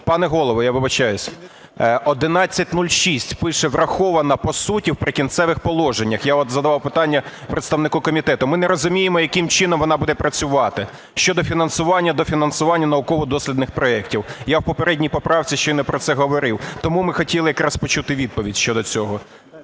Пане Голово, я вибачаюсь. 1106, пише: врахована по суті в "Прикінцевих положеннях". Я от задавав питання представнику комітету. Ми не розуміємо, яким чином вона буде працювати щодо фінансування, дофінансування науково-дослідних проектів. Я в попередній поправці щойно про це говорив. Тому ми хотіли якраз почути відповідь щодо цього.